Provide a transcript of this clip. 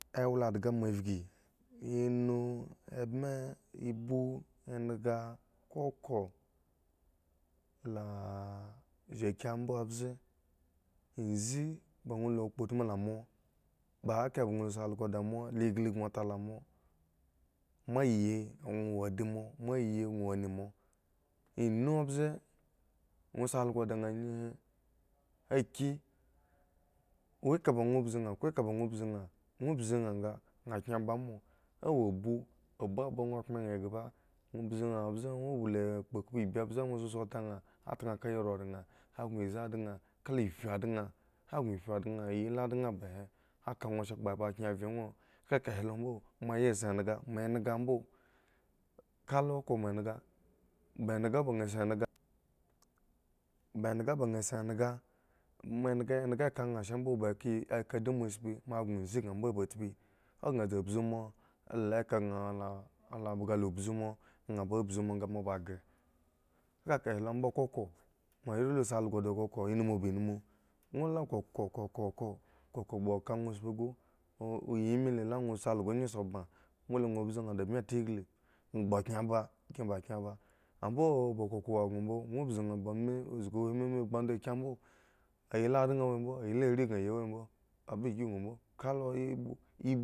Awla dhga moa vki inv, embme, ibu endhga koko la azhagi mbo mbze izi bos ŋwo la kpo utmu ta moa ba ka ŋwo boŋ si algo da moa la ngli boŋ kpo ta moa, moa yi ŋwo wo adimoa, moa yi ŋwo wo anaŋ moa env mbze ŋwo si algo da nhanye he aki aki eka ba ŋwo mbzi nha ko eka ba ŋwo mbzi nha ŋwo nha nga a nha khre ba mo awo bu, abu ba ngwo kpmre nha ghba ŋwo mbu nha mbze ŋwo la gbakpu ibi mbze ŋwo sa si danha a dna kayi roraŋ a gŋo izi adaŋ kala iphii daŋ a gŋo iphi adaŋ ayi la adaŋ bahe a ka ŋwo sha a kpha ba khre vge ŋwo kakahe lo mbo moa ya si endhg moa endhga mbo ka lo khro moa endhga ba endhga ŋwo ba nha shiri endhga ba endhga banha si endhga mu endhga endhga kanha shambo ba ka ka adi moa tsipi oa gbo izi bma mbo ba tspu ow baŋ dzu zu moa el eka baŋ el le bhga ba ubzu moa nha zu moa ba ghhhre ekaka he lo mbo koko moare la si also di kokownumun ba num ŋwo lu la kokokokoko koko ba ka ŋwo tsipi ghu ŋwo yi me le la ŋwo si algo ngi osi ba mbole la ŋwo mbzi nha da bmi ta ngli aha ba khre ba khre ba khre ba mbo owo ba koko wo gŋo mbo ŋwo mbzi nha bo mi uzgi huhwin mame gbu odagi mbo a yi la daŋ wo himbo ayi la are baŋ yimbo a ba si gŋo mbo kalo ebu eb.